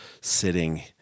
sitting